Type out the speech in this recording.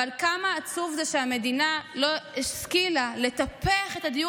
אבל כמה עצוב זה שהמדינה לא השכילה לטפח את הדיור